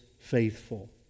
faithful